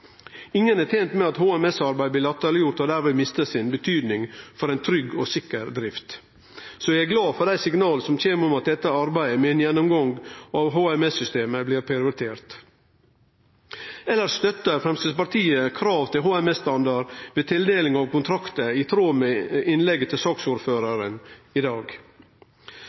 Ingen er tent med at HMS-arbeid blir latterleggjort og dermed mistar betydinga si for ein trygg og sikker drift, så eg er glad for dei signala som kjem om at dette arbeidet med ein gjennomgang av HMS-systemet blir prioritert. Elles støttar Framstegspartiet krav til HMS-standard ved tildeling av kontraktar, i tråd med innlegget til saksordføraren i dag.